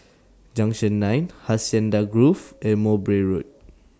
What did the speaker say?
Junction nine Hacienda Grove and Mowbray Road